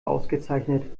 ausgezeichnet